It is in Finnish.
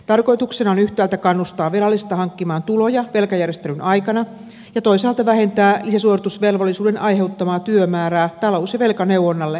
tarkoituksena on yhtäältä kannustaa velallista hankkimaan tuloja velkajärjestelyn aikana ja toisaalta vähentää lisäsuoritusvelvollisuuden aiheuttamaa työmäärää talous ja velkaneuvonnalle ja velkojille